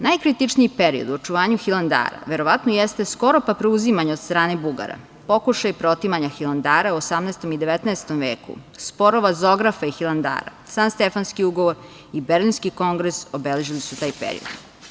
Najkritičniji period u očuvanju Hilandara verovatno jeste skoro pa preuzimanje od strane Bugara, pokušaj preotimanja Hilandara u 18. i 19. veku, sporova Zografa i Hilandara, Sanstefanski ugovor i Berlinski kongres obeležili su taj period.